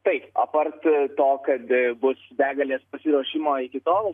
taip apart to kad bus begalės pasiruošimo iki tol